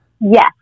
Yes